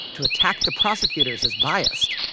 to attack the prosecutors as biased.